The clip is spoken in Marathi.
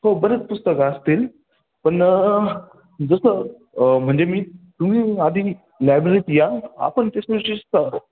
हो बरेच पुस्तकं असतील पण जसं म्हणजे मी तुम्ही आधी लायब्ररीत या आपण तेच विशेषत